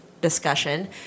discussion